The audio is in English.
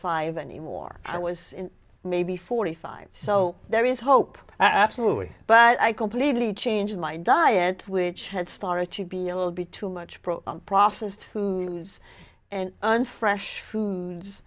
five anymore i was maybe forty five so there is hope absolutely but i completely changed my diet which had started to be a little bit too much bro processed foods and and fresh foods